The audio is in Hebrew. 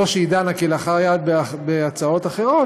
לא שהיא דנה כלאחר יד בהצעות אחרות,